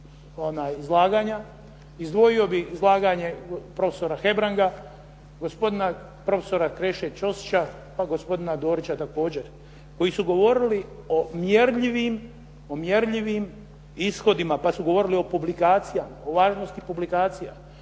izlaganja. Izdvojio bih izlaganje profesora Hebranga, gospodina profesora Kreše Ćosića, pa gospodina Dorića također, koji su govorili o mjerljivim ishodima. Pa su govorili o publikacijama, o važnosti publikacija.